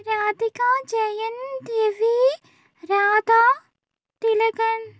Radhika Jayan Ravi Radha Thilakan